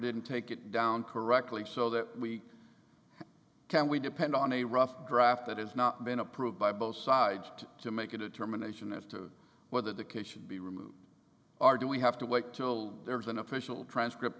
didn't take it down correctly so that we can we depend on a rough draft that has not been approved by both sides to make a determination as to whether the case should be removed are do we have to wait till there is an official transcript